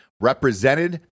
represented